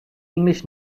english